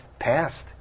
passed